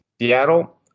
Seattle